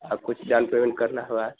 आपको तो down payment करना होगा